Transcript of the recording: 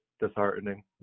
disheartening